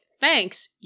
Thanks